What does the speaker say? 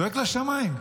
זועק לשמיים.